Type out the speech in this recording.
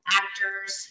actors